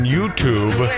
YouTube